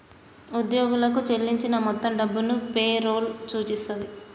ఉద్యోగులకు చెల్లించిన మొత్తం డబ్బును పే రోల్ సూచిస్తది